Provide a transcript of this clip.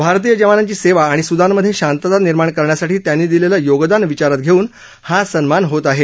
भारतीय जवानांची सेवा आणि सुदानमधे शांतता निर्माण करण्यासाठी त्यांनी दिलेलं योगदान विचारात घेऊन हा सन्मान होत आहे